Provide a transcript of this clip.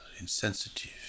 insensitive